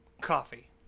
coffee